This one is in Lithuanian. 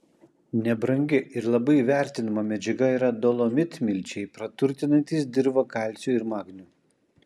nebrangi ir labai vertinama medžiaga yra dolomitmilčiai praturtinantys dirvą kalciu ir magniu